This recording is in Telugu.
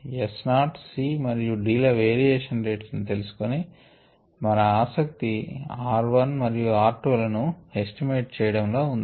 S naught C మరియు D ల వేరియేషన్ రేట్స్ తెలుకొని మన ఆసక్తి r 1 మరియు r 2 లను ఎస్టిమేట్ చేయడం లో ఉంది